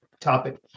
topic